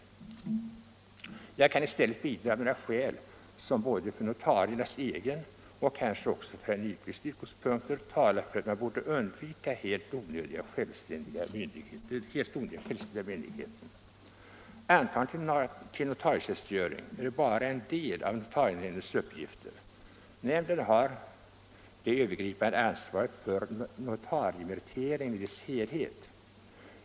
Jag kan i stället bidra med några skäl som både från notariernas egna och kanske också från herr Nyquists utgångspunkter talar för att man bör undvika den helt onödiga självständiga myndigheten. Antagning till notarietjänstgöring är bara en del av notarienämndens uppgifter. Nämnden har det övergripande ansvaret för notariemeriteringen i dess helhet.